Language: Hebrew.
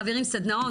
מעבירים סדנאות,